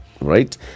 right